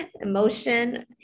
emotion